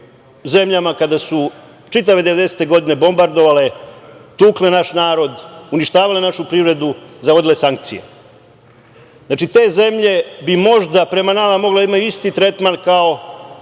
zemljama kada su čitave devedesete godine bombardovale, tukle naš narod, uništavale našu privredu, zavodile sankcije. Znači, te zemlje bi možda prema nama mogle imati isti tretman kao